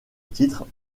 titre